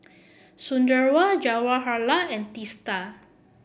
Sunderlal Jawaharlal and Teesta